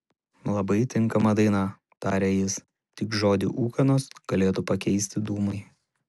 labai tinkama daina tarė jis tik žodį ūkanos galėtų pakeisti dūmai